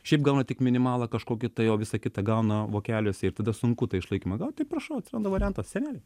šiaip gauna tik minimalą kažkokį tai o visa kita gauna vokeliuose ir tada sunku tą išlaikymą gaut tai prašau atsiranda variantas seneliai